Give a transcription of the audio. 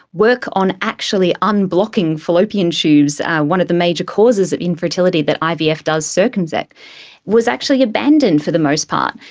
work on actually unblocking fallopian tubes, one of the major causes of infertility that ivf does circumvent was actually abandoned for the most part.